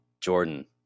Jordan